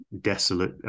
desolate